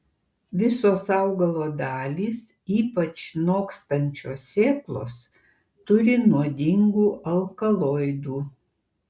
visos augalo dalys ypač nokstančios sėklos turi nuodingų alkaloidų